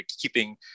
keeping